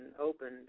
opened